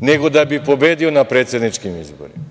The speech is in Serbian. nego da bi pobedio na predsedničkim izborima.